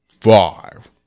Five